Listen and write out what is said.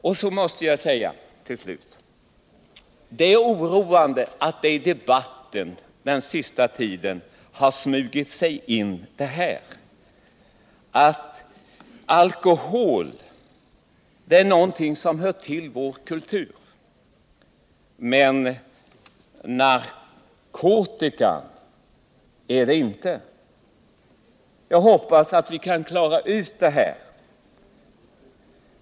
Jag måste till sist få säga att det är oroande att det på senaste tiden i debatten har smugit sig in den uppfattningen att alkohol är någonting som hör till vår kultur, men narkotika är det inte. Jag hoppas att vi kan klara ut den frågan.